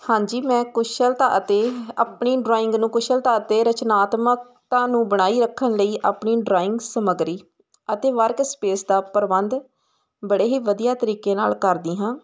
ਹਾਂਜੀ ਮੈਂ ਕੁਸ਼ਲਤਾ ਅਤੇ ਆਪਣੀ ਡਰਾਇੰਗ ਨੂੰ ਕੁਸ਼ਲਤਾ ਅਤੇ ਰਚਨਾਤਮਕਤਾ ਨੂੰ ਬਣਾਈ ਰੱਖਣ ਲਈ ਆਪਣੀ ਡਰਾਇੰਗ ਸਮੱਗਰੀ ਅਤੇ ਵਰਕ ਸਪੇਸ ਦਾ ਪ੍ਰਬੰਧ ਬੜੇ ਹੀ ਵਧੀਆ ਤਰੀਕੇ ਨਾਲ ਕਰਦੀ ਹਾਂ